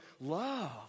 love